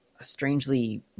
strangely